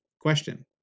Question